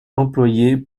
employés